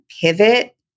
pivot